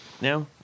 now